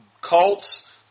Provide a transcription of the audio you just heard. cults